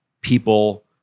people